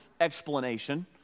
explanation